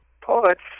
poets